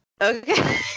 okay